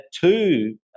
two